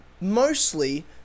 mostly